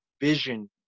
vision